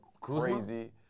crazy